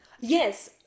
yes